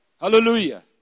Hallelujah